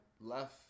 left